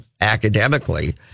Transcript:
academically